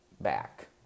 back